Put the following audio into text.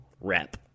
rep